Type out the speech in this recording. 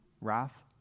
wrath